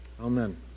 Amen